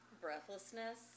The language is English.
breathlessness